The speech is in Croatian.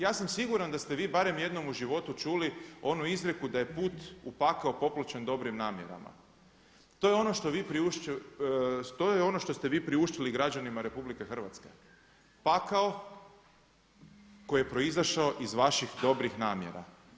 Ja sam siguran da ste vi barem jednom u životu čuli ono izreku „Da je put u pakao popločan dobrim namjerama.“ To je ono što ste vi priuštili građanima RH pakao koji je proizašao iz vaših dobrih namjera.